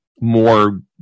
more